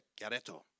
Gareto